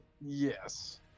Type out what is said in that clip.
Yes